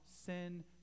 sin